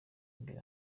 imbere